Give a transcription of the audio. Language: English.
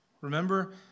Remember